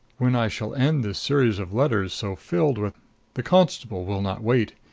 when i shall end this series of letters so filled with the constable will not wait.